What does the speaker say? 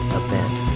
event